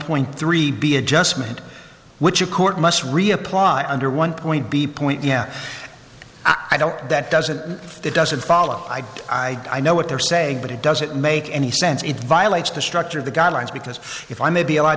point three b adjustment which a court must reapply under one point be point yeah i don't that doesn't that doesn't follow i do i i know what they're saying but it doesn't make any sense it violates the structure of the guidelines because if i may be allowed